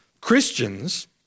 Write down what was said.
Christians